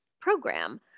program